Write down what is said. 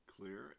clear